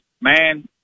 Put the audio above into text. Man